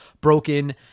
broken